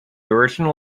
original